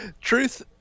Truth